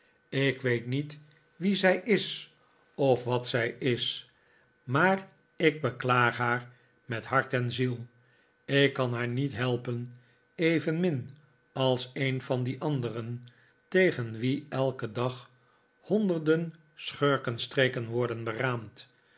ik weet niet wie zij is of wat zij is maar ik beklaag haar met hart en ziel ik kan haar niet helpen evenmin als een van die anderen tegen wie elken dag honderden schurkenstreken worden beraamd